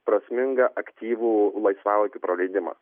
prasmingą aktyvų laisvalaikio praleidimą